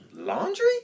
Laundry